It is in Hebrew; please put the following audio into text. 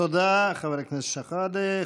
תודה, חבר הכנסת שחאדה.